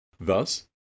Thus